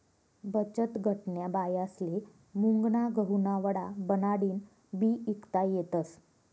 बचतगटन्या बायास्ले मुंगना गहुना वडा बनाडीन बी ईकता येतस